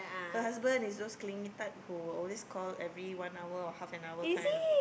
her husband is those clingy type who always call every one hour so half an hour kind lah